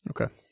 Okay